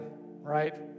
Right